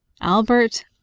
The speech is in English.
Albert